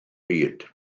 byd